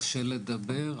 קשה לדבר,